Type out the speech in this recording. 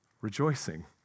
Rejoicing